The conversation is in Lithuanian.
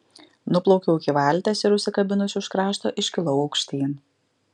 nuplaukiau iki valties ir užsikabinusi už krašto iškilau aukštyn